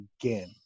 again